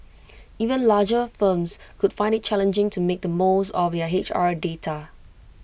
even larger firms could find IT challenging to make the most of their H R data